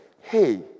hey